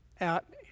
out